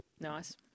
Nice